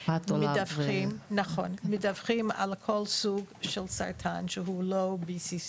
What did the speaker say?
הם מדווחים על כל סוג של סרטן שהוא לא BCC